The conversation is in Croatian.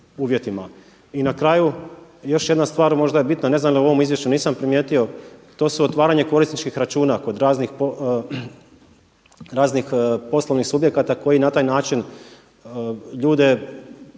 I na kraju još jedna stvar možda je bitna. Ne znam je li u ovom izvješću, nisam primijetio to su otvaranje korisničkih računa kod raznih poslovnih subjekata koji na taj način ljude